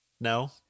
No